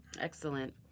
Excellent